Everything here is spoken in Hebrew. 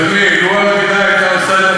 מדוע כאשר מכרו את אותם קרקעות,